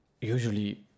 usually